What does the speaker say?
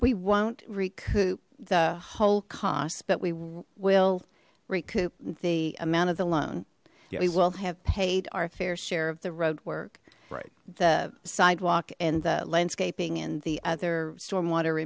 we won't recoup the whole cost but we will recoup the amount of the loan we will have paid our fair share of the road work the sidewalk and the landscaping and the other stormwater